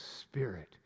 spirit